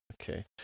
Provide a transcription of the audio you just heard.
Okay